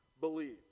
believe